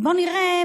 בואו נראה,